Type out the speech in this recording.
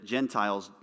Gentiles